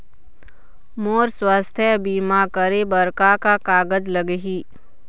मोर स्वस्थ बीमा करे बर का का कागज लगही?